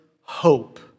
hope